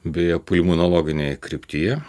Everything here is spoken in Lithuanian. beje pulmonologinėje kryptyje